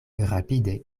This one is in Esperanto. rapide